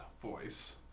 voice